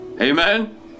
Amen